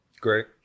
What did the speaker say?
Great